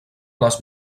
les